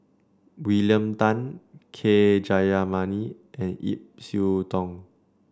William Tan K Jayamani and Ip Yiu Tung